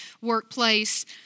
workplace